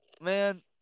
man